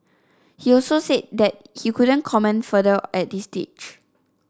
he also said that he couldn't comment further at this stage